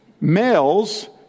Males